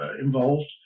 involved